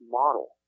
model